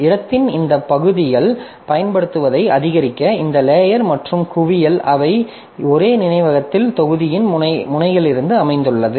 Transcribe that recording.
இடத்தின் இந்த பகுதியைப் பயன்படுத்துவதை அதிகரிக்க இந்த லேயர் மற்றும் குவியல் அவை ஒரே நினைவகத் தொகுதியின் முனைகளிலிருந்து அமைந்துள்ளன